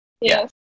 Yes